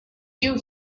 you